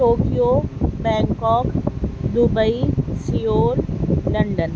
Tokyo Bangkok Dubai Seoul London